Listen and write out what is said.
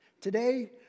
Today